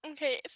Okay